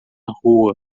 rua